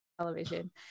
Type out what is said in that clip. television